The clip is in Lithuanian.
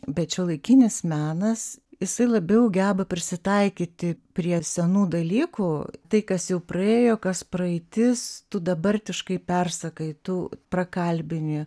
bet šiuolaikinis menas jisai labiau geba prisitaikyti prie senų dalykų tai kas jau praėjo kas praeitis tu dabartiškai persakai tu prakalbini